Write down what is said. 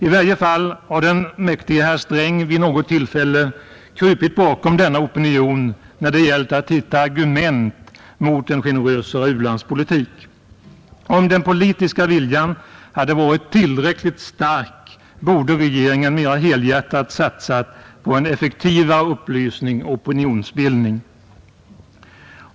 I varje fall har den mäktige herr Sträng vid något tillfälle krupit bakom denna opinion när det gällt att hitta argument mot en generösare u-landspolitik. Om den politiska viljan hade varit tillräckligt stark, borde regeringen mera helhjärtat ha satsat på en effektivare upplysning och opinionsbildning.